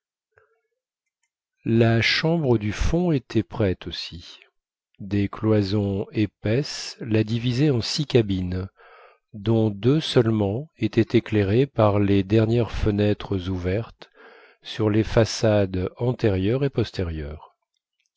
la chambre du fond était prête aussi des cloisons épaisses la divisaient en six cabines dont deux seulement étaient éclairées par les dernières fenêtres ouvertes sur les façades antérieure et postérieure